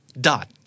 dot